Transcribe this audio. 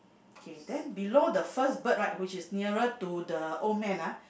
okay then below the first bird right which is nearer to the old man ah